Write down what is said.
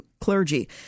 clergy